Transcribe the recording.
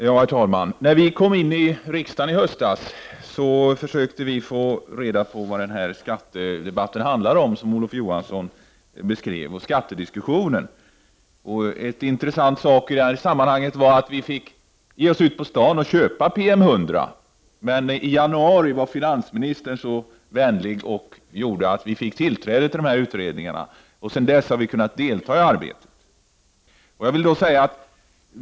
Herr talman! När vi kom in i riksdagen förra hösten försökte vi få reda på vad skattedebatten handlade om. En intressant sak i detta sammanhang var att vi fick ge oss ut på staden och köpa PM 100. I januari var finansministern så vänlig att vi fick tillträde till dessa utredningar, och sedan dess har vi kunnat delta i detta arbete.